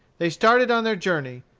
they started on their journey,